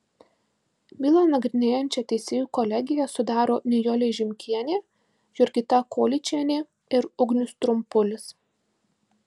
bylą nagrinėjančią teisėjų kolegiją sudaro nijolė žimkienė jurgita kolyčienė ir ugnius trumpulis